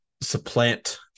supplant